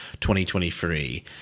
2023